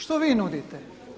Što vi nudite?